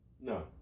no